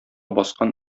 баскан